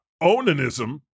onanism